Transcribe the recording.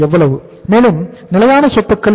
200 மேலும் நிலையான சொத்துக்கள் எவ்வளவு